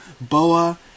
Boa